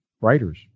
writers